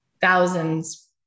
thousands